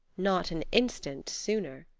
not an instant sooner,